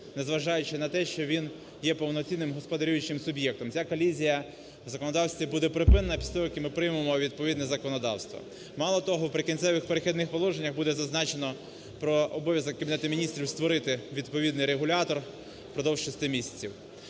незважаючи на те, що він є повноцінним господарюючим суб'єктом. Ця колізія в законодавстві буде припинена після того, як ми приймемо відповідне законодавство. Мало того, в "Прикінцевих і перехідних положеннях" буде зазначено про обов'язок Кабінету Міністрів створити відповідний регулятор впродовж шести місяців.